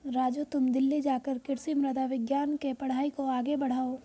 राजू तुम दिल्ली जाकर कृषि मृदा विज्ञान के पढ़ाई को आगे बढ़ाओ